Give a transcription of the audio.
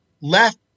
Left